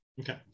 Okay